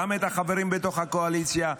גם את החברים בתוך הקואליציה,